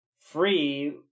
free